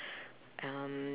um